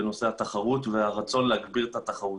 בנושא התחרות והרצון להגביר את התחרות.